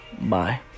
Bye